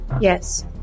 Yes